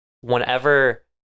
whenever